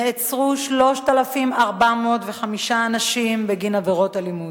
נעצרו 3,405 אנשים בגין עבירות אלימות.